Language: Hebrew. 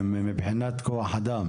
בהסכמה.